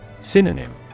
Synonym